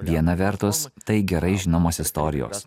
viena vertus tai gerai žinomos istorijos